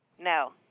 No